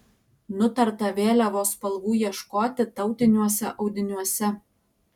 nutarta vėliavos spalvų ieškoti tautiniuose audiniuose